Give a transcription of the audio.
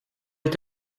est